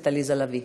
עליזה לביא.